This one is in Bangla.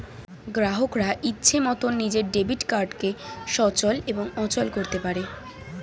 গ্রাহকরা ইচ্ছে মতন নিজের ডেবিট কার্ডকে সচল এবং অচল করতে পারে